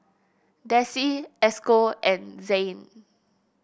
Desi Esco and Zain